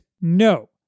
no